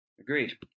Agreed